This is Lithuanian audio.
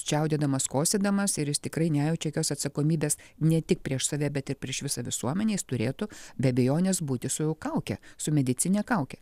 čiaudėdamas kosėdamas ir jis tikrai nejaučia jokios atsakomybės ne tik prieš save bet ir prieš visą visuomenės jis turėtų be abejonės būti su kauke su medicinine kauke